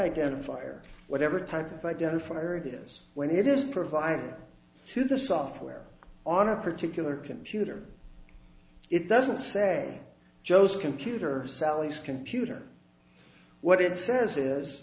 identifier whatever type of identifier it is when it is provided to the software on a particular computer it doesn't say joe's computer sally's computer what it says